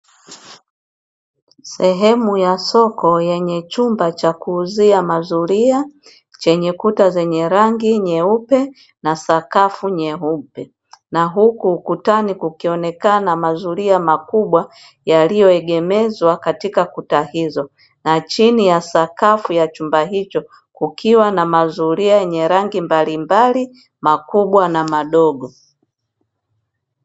Sehemu ya soko yenye chumba cha kuuzia mazuria, chenye kuta zenye rangi nyeupe na sakafu nyeupe na huku ukutani kukionekana mazuria makubwa yaliyoegemezwa katika kuta hizo na chini ya sakafu ya chumba hicho kukiwa na mazuria yenye rangi mbalimbali makubwa na madogo.